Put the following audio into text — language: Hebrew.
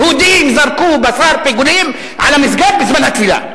יהודים זרקו בשר פיגולים על המסגד בזמן התפילה.